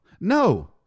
no